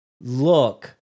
look